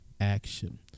action